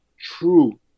true